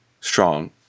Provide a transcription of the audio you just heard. strong